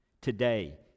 Today